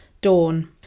Dawn